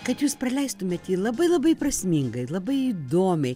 kad jūs praleistumėt jį labai labai prasmingai labai įdomiai